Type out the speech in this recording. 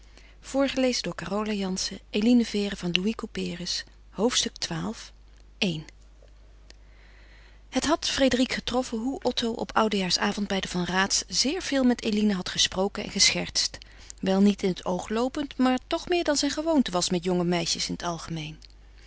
hoofdstuk xii i het had frédérique getroffen hoe otto op oudejaarsavond bij de van raats zeer veel met eline had gesproken en geschertst wel niet in het oog loopend maar toch meer dan zijn gewoonte was met jonge meisjes in het algemeen